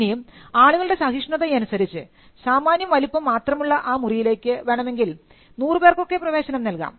ഇനിയും ആളുകളുടെ സഹിഷ്ണുത അനുസരിച്ച് സാമാന്യ വലുപ്പം മാത്രമുള്ള ആ മുറിയിലേക്ക് വേണമെങ്കിൽ 100 പേർക്ക് ഒക്കെ പ്രവേശനം നൽകാം